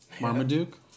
Marmaduke